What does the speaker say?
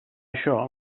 això